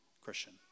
Christian